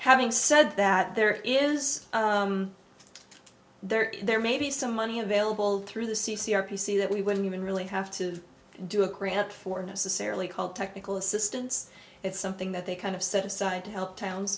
having said that there is there there may be some money available through the c c r p c that we wouldn't even really have to do a grant for necessarily called technical assistance it's something that they kind of set aside to help towns